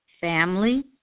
family